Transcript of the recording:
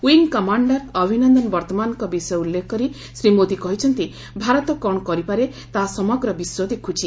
wing commander Abhinandan ବର୍ତ୍ତମାନଙ୍କ ବିଷୟ ଉଲ୍ଲେଖ କରି ଶ୍ରୀ ମୋଦି କହିଛନ୍ତି ଭାରତ କ'ଣ କରିପାରେ ତାହା ସମଗ୍ର ବିଶ୍ୱ ଦେଖୁଛି